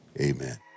amen